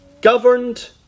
Governed